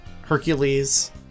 Hercules